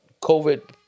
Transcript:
COVID